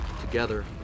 together